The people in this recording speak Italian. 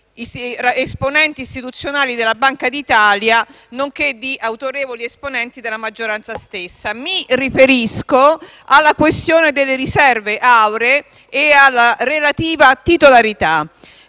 di esponenti istituzionali della Banca d'Italia, nonché di autorevoli esponenti della maggioranza stessa. Mi riferisco alla questione delle riserve auree e alla relativa titolarità.